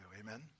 Amen